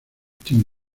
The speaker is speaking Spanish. tim